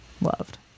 loved